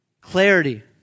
clarity